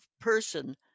person